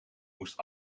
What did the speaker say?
moest